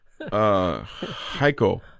Heiko